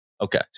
Okay